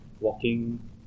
walking